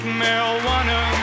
marijuana